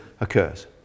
occurs